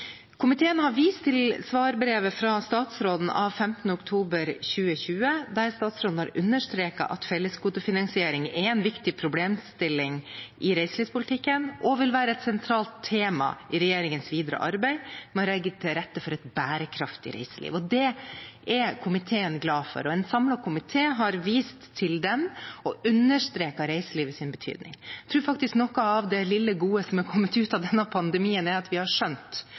Komiteen har vist til svarbrevet fra statsråden av 15. oktober 2020, der statsråden understreket at fellesgodefinansiering er en viktig problemstilling i reiselivspolitikken og vil være et sentralt tema i regjeringens videre arbeid med å legge til rette for et bærekraftig reiseliv. Det er komiteen glad for, og en samlet komité har vist til det og understreket reiselivets betydning. Jeg tror faktisk noe av det lille gode som har kommet ut av denne pandemien, er at vi har skjønt